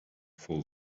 full